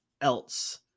else